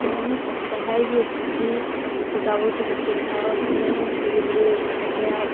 तो मैंने पढ़ाई भी की किताबों से कुछ सीखा और फिर मैंने धीरे धीरे अपने आप ही